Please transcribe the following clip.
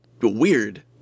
weird